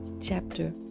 chapter